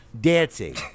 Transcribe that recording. dancing